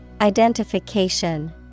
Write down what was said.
Identification